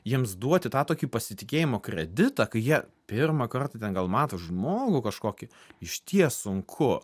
jiems duoti tą tokį pasitikėjimo kreditą kai jie pirmą kartą ten gal mato žmogų kažkokį išties sunku